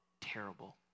terrible